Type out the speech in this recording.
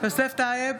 יוסף טייב,